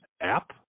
app